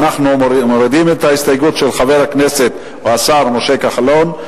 אנחנו מורידים את ההסתייגות של השר משה כחלון,